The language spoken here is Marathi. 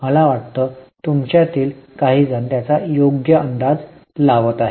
मला वाटतं तुमच्या तील काहीजण त्याचा योग्य अंदाज लावत आहेत